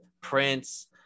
prince